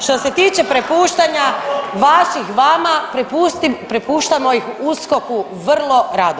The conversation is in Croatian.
Što se tiče prepuštanja vaših vama, prepuštamo ih USKOK-u vrlo rado.